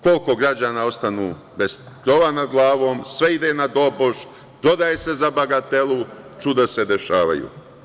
Koliko građana ostane bez krova nad glavom, sve ide na doboš, prodaje se za bagatelu, čuda se dešavaju.